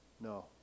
no